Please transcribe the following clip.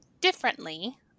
differently